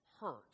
hurt